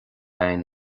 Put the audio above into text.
againn